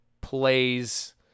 plays